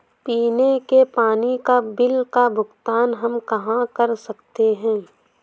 पीने के पानी का बिल का भुगतान हम कहाँ कर सकते हैं?